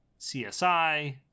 csi